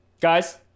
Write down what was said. Guys